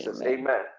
Amen